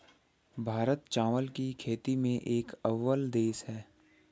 भारत चावल की खेती में एक अव्वल देश है